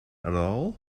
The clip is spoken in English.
all